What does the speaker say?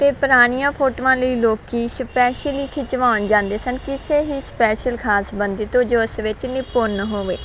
ਅਤੇ ਪੁਰਾਣੀਆਂ ਫੋਟੋਆਂ ਲਈ ਲੋਕੀ ਸਪੈਸ਼ਲ ਹੀ ਖਿਚਵਾਉਣ ਜਾਂਦੇ ਸਨ ਕਿਸੇ ਹੀ ਸਪੈਸ਼ਲ ਖਾਸ ਸਬੰਧੀ ਤੋਂ ਜੋ ਉਸ ਵਿੱਚ ਨਿਪੁੰਨ ਹੋਵੇ